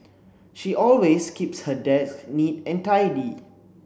she always keeps her desk neat and tidy